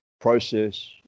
process